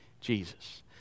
Jesus